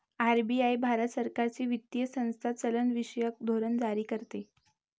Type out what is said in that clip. RBI Bharat सरकारची वित्तीय संस्था चलनविषयक धोरण जारी करते